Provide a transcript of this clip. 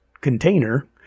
container